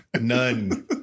None